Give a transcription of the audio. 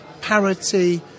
parity